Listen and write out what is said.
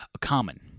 Common